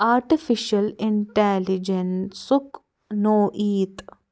artificial اینٹیلجنسُک نوعیت